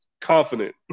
confident